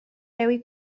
dewi